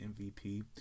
MVP